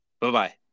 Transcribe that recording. Bye-bye